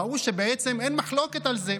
ראו שבעצם אין מחלוקת על זה.